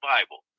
Bible